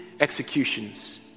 Executions